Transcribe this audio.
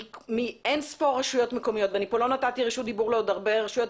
מאין ספור רשויות מקומיות ואני לא נתתי רשות דיבור לעוד הרבה רשויות,